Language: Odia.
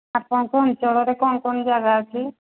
ଆପଣଙ୍କ ଅଞ୍ଚଳରେ କ'ଣ କ'ଣ ଜାଗା ଅଛି